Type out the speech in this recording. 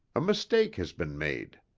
a mistake has been made.